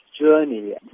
journey